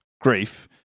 grief